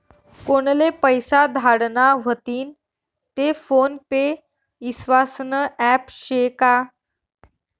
कोनले पैसा धाडना व्हतीन ते फोन पे ईस्वासनं ॲप शे का?